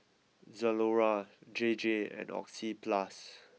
Zalora J J and Oxyplus